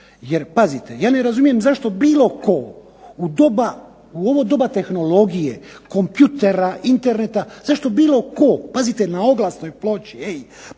Jer pazite, ja ne razumijem zašto bilo tko u ovo doba tehnologije, kompjutera, interneta, zašto b ilo tko pazite na oglasnoj ploči, hej, pa to